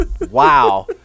Wow